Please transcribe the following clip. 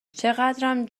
چقدم